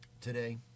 today